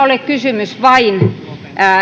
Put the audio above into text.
ole kysymys vain